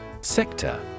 Sector